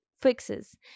fixes